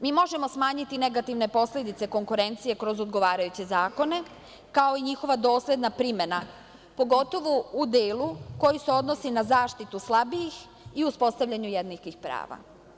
Mi možemo smanjiti negativne posledice konkurencije kroz odgovarajuće zakone, kao i njihova dosledna primena, pogotovo u delu koji se odnosi na zaštitu slabijih i uspostavljanju jednakih prava.